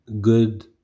good